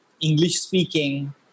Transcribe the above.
English-speaking